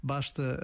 Basta